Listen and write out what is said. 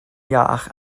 iach